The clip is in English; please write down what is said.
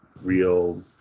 real